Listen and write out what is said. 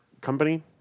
company